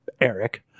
Eric